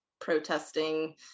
protesting